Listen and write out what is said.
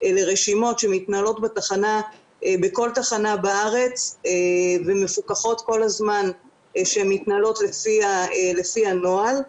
לרשימות שמתנהלות בכל תחנה בארץ ומפוקחות כל הזמן שהן מתנהלות לפי הנוהל.